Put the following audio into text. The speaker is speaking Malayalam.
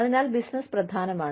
അതിനാൽ ബിസിനസ്സ് പ്രധാനമാണ്